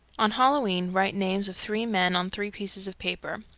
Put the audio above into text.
on halloween write names of three men on three pieces of paper,